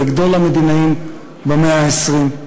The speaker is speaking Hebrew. לגדול המדינאים במאה ה-20,